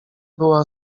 była